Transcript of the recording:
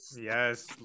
Yes